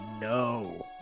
No